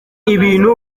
ibintu